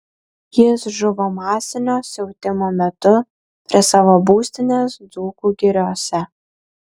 jis žuvo masinio siautimo metu prie savo būstinės dzūkų giriose